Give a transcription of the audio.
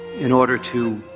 in order to.